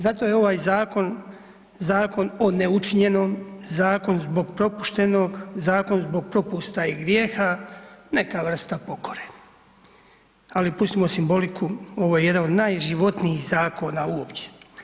Zato je ovaj zakon zakon o neučinjenom, zakon zbog propuštenog, zakon zbog propusta i grijeha, neka vrsta pokore, ali pustimo simboliku, ovo je jedan od najživotnijih zakona uopće.